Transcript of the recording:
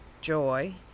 joy